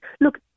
look